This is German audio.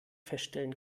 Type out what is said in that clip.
feststellen